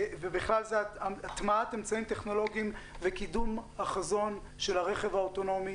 ובכלל זה הטמעת אמצעים טכנולוגיים וקידום החזון של הרכב האוטונומי,